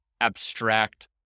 abstract